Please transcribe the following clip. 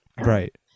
right